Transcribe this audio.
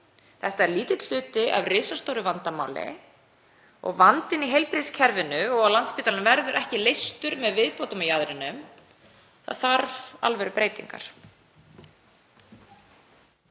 Þetta er lítill hluti af risastóru vandamáli og vandinn í heilbrigðiskerfinu og á Landspítalanum verður ekki leystur með viðbótum á jaðrinum. Það þarf alvörubreytingar.